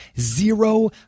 zero